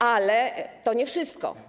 Ale to nie wszystko.